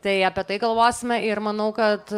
tai apie tai galvosime ir manau kad